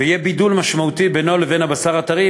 ויהיה בידול משמעותי בינו לבין הבשר הטרי,